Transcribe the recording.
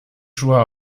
schuhe